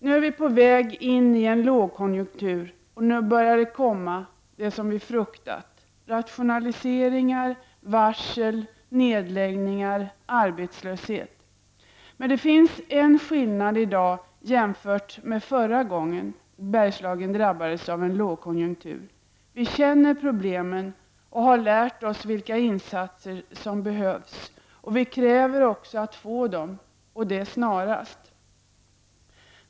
Nu är vi på väg in i en lågkonjunktur och nu börjar det komma, det som vi fruktat: rationaliseringar, varsel, nedläggningar och arbetslöshet. Men det finns en skillnad i dag jämfört med förra gången som Bergslagen drabbades av en lågkonjunktur. Vi känner problemen och har lärt oss vilka insatser som behövs. Vi kräver också att få dem, och det snarast.